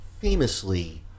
famously